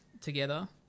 together